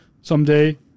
someday